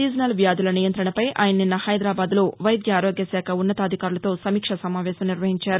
seasonal వ్యాధుల నియంతణపై ఆయన నిన్న హైదరాబాద్లో వైద్య ఆరోగ్య శాఖ ఉన్నతాధికారులతో సమీక్షా సమావేశం నిర్వహించారు